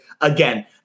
again